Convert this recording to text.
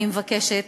אני מבקשת